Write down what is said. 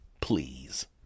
please